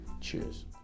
cheers